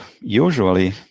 usually